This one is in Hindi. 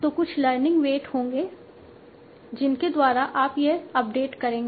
तो कुछ लर्निंग वेट होंगे जिनके द्वारा आप यह अपडेट करेंगे